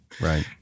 Right